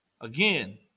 Again